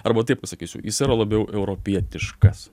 arba taip pasakysiu jis yra labiau europietiškas